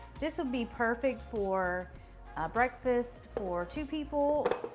this would be perfect for a breakfast for two people